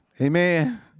Amen